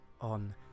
on